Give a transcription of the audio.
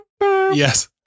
Yes